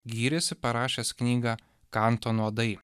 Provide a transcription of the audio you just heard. gyrėsi parašęs knygą kanto nuodai